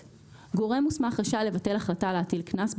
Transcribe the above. גורם מוסמך רשאי לבטל החלטה להטיל קנס,